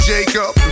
Jacob